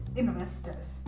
investors